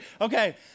Okay